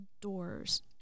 doors